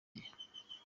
gihe